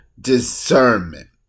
discernment